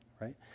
right